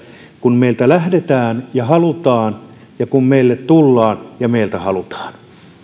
kun meiltä lähdetään ja halutaan ja kun meille tullaan ja meiltä halutaan